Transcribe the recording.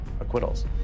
acquittals